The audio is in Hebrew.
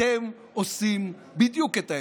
אתם עושים בדיוק את ההפך.